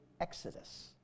Exodus